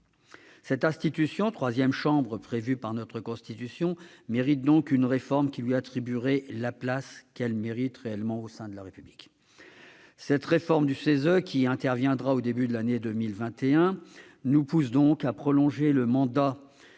Cette institution, troisième chambre prévue par notre Constitution, mérite donc une réforme qui lui attribuerait la place qui lui revient au sein de la République. Celle-ci interviendra au début de l'année 2021, ce qui nous pousse à prolonger le mandat